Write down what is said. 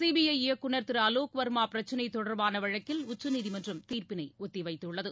CBI இயக்குநர் திரு அலோக் வர்மா பிரச்னை தொடர்பான வழக்கில் உச்சநீதிமன்றம் தீர்ப்பினை ஒத்தி வைத்துள்ளது